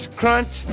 crunch